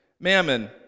mammon